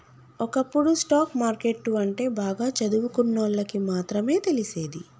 ఒకప్పుడు stock market అంటే బాగా చదువుకున్నోళ్ళకి మాత్రమే తెలిసేది